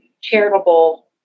charitable